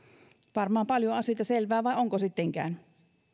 varmaan paljon asioita selviää vai selviääkö sittenkään